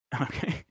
Okay